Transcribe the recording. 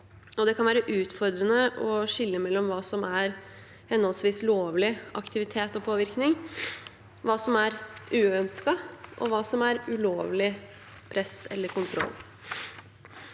Det kan være utfordrende å skille mellom hva som er lovlig aktivitet og påvirkning, hva som er uønsket, og hva som er ulovlig press eller kontroll.